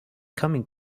coming